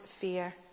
fear